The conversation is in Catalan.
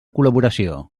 col·laboració